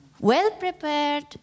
well-prepared